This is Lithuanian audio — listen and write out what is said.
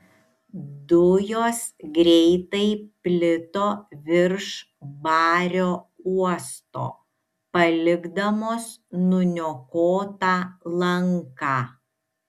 dujos greitai plito virš bario uosto palikdamos nuniokotą lanką